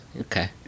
Okay